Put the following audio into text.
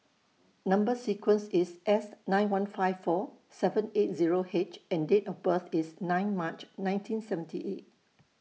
Number sequence IS S nine one five four seven eight Zero H and Date of birth IS nine March nineteen seventy eight